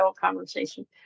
conversation